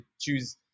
choose